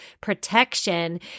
protection